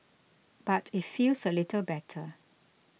but it feels a little better